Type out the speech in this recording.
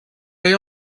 they